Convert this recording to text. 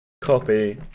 copy